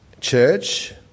Church